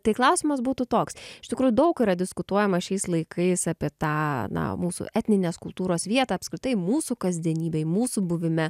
tai klausimas būtų toks iš tikrųjų daug yra diskutuojama šiais laikais apie tą na mūsų etninės kultūros vietą apskritai mūsų kasdienybėj mūsų buvime